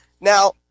Now